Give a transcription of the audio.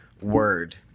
word